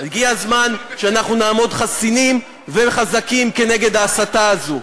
הגיע הזמן שאנחנו נעמוד חסינים וחזקים נגד ההסתה הזאת.